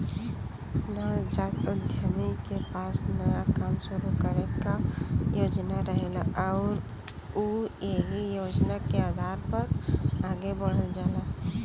नवजात उद्यमी के पास नया काम शुरू करे क योजना रहेला आउर उ एहि योजना के आधार पर आगे बढ़ल जाला